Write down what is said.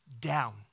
down